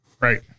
Right